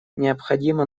необходимо